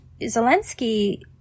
Zelensky